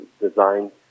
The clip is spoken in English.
design